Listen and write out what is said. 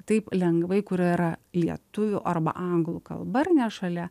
taip lengvai kur yra lietuvių arba anglų kalba ar ne šalia